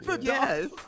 Yes